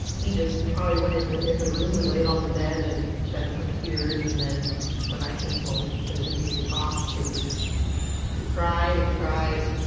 he just probably went in ah in the room, and laid on the bed, and shed some tears. and then when i came home, he said, we need to talk. and we cried and cried.